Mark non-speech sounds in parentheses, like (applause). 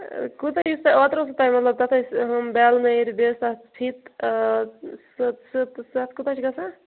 کوٗتاہ یُس تُہۍ اوترٕ اوسوٕ تُہۍ مطلب تتھ ٲس ہُم بٮ۪ل نٔر بیٚیہِ ٲس تتھ فیٖتہٕ (unintelligible) تتھ کوٗتاہ چھُ گَژھان